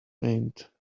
paint